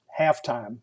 Halftime